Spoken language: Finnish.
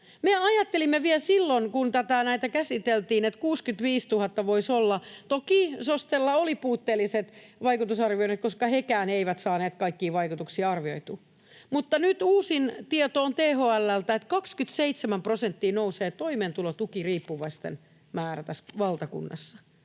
ajattelimme vielä silloin, kun näitä käsiteltiin, että voisi olla 65 000. Toki SOSTElla oli puutteelliset vaikutusarvioinnit, koska hekään eivät saaneet kaikkia vaikutuksia arvioitua, mutta nyt uusin tieto on THL:ltä, että 27 prosenttia nousee toimeentulotukiriippuvaisten määrä tässä valtakunnassa.